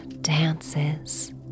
dances